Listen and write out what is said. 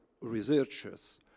researchers